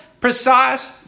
precise